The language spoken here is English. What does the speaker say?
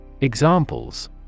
Examples